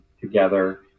together